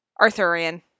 Arthurian